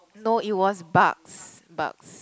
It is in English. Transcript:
no it was bugs bugs